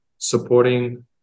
Supporting